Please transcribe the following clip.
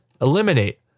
eliminate